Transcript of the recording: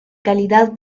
calidad